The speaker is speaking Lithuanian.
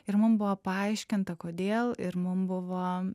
ir mum buvo paaiškinta kodėl ir mum buvo